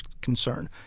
concern